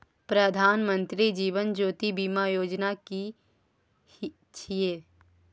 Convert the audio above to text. प्रधानमंत्री जीवन ज्योति बीमा योजना कि छिए?